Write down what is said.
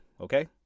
okay